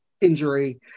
injury